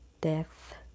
death